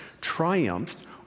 triumphed